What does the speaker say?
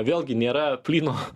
vėlgi nėra plyno